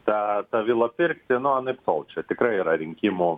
tą tą vilą pirkti nu anaiptol čia tikrai yra rinkimų